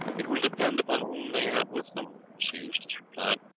it will depend upon whom they have with them, sir eustace replied.